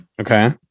Okay